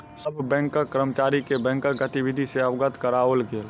सभ बैंक कर्मचारी के बैंकक गतिविधि सॅ अवगत कराओल गेल